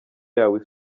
yawe